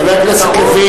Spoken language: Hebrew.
אתה מאוכזב שיש פתרון?